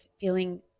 feeling